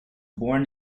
born